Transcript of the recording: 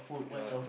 ya